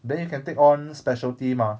then you can take on specialty mah